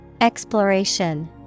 Exploration